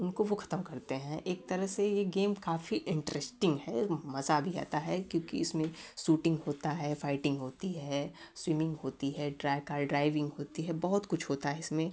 उनको वो खत्म करते हैं एक तरह से ये गेम काफ़ी इन्टरेस्टिंग है मज़ा भी आता है क्योंकि इसमें शूटिंग होता है फाइटिंग होती है स्विमिंग होती है ड्राइ कार ड्राइविंग होती है बहुत कुछ होता है इसमें